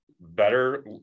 better